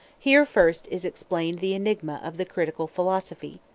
here first is explained the enigma of the critical philosophy,